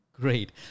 Great